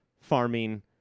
farming